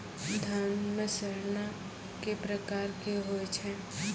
धान म सड़ना कै प्रकार के होय छै?